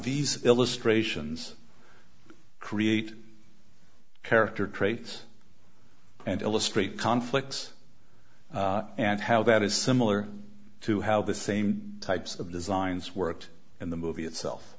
these illustrations create character traits and illustrate conflicts and how that is similar to how the same types of designs worked in the movie itself